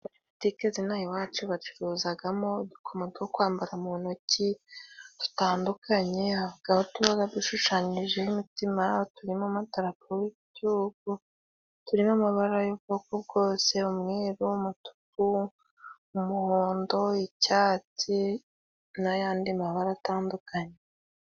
Muri butike z'inaha iwacu bacuruzagamo udukomo two kwambara mu ntoki dutandukanye, navuga ho tumwe dushushanyijeho n'mitima turimo n'amadarapo y'igihugu, turimo amabara y'ubwoko bwose, umweru, umutuku, umuhondo, icyatsi n'ayandi mabara atandukanye.